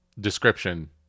description